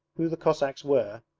who the cossacks were,